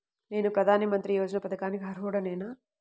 నేను ప్రధాని మంత్రి యోజన పథకానికి అర్హుడ నేన?